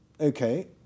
okay